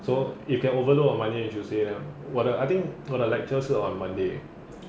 so you can overload on monday and tuesday uh [what] uh I think 我的 lecture 是 on monday